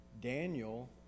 Daniel